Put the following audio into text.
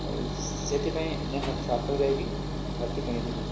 ଆଉ ସେଥିପାଇଁ ମୁଁ ହାଟ ସେ ହାଟକୁ ଯାଇକି ସାର୍ଟଟି କିଣିଥିଲି